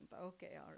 okay